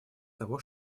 того